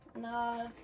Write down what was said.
No